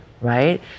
right